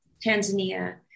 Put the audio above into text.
Tanzania